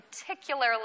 particularly